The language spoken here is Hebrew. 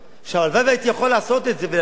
הלוואי שהייתי יכול לעשות את זה ולשבת עם